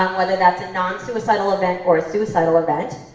whether that's a non-suicidal event or a suicidal event.